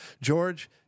George